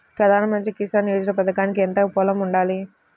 ప్రధాన మంత్రి కిసాన్ యోజన పథకానికి ఎంత పొలం ఉండాలి?